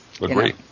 agree